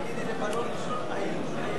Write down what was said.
ההסתייגויות של קבוצת סיעת מרצ לסעיף